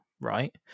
right